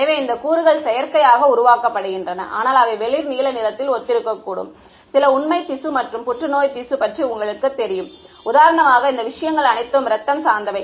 எனவே இந்த கூறுகள் செயற்கையாக உருவாக்கப்படுகின்றன ஆனால் அவை வெளிர் நீல நிறத்தில் ஒத்திருக்கக்கூடும் சில உண்மை திசு மற்றும் புற்றுநோய் திசு பற்றி உங்களுக்குத் தெரியும் உதாரணமாக இந்த விஷயங்கள் அனைத்தும் இரத்தம் சார்ந்தவை